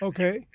Okay